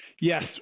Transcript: Yes